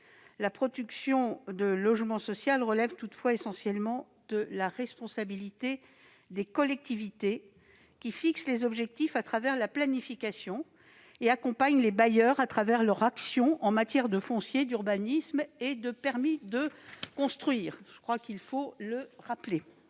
la production de logements sociaux relève essentiellement de la responsabilité des collectivités, qui fixent les objectifs dans le cadre de la planification et accompagnent les bailleurs par leur action en matière de foncier, d'urbanisme et de permis de construire. Il est vrai que les